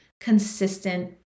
Consistent